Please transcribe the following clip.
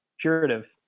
curative